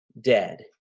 dead